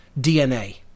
DNA